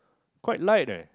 quite light eh